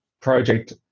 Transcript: project